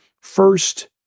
first